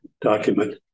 document